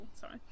sorry